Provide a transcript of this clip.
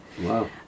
Wow